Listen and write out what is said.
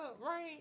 right